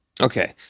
okay